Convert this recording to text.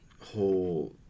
whole